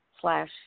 slash